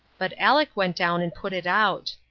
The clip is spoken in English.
but aleck went down and put it out.